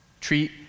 Treat